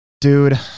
Dude